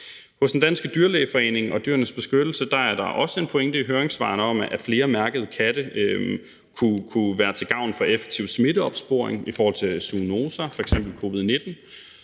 Hos Den Danske Dyrlægeforening og Dyrenes Beskyttelse er der også en pointe i høringssvarene om, at flere mærkede katte kunne være til gavn for effektiv smitteopsporing i forhold til zoonoser, f.eks. covid-19.